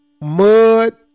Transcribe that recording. mud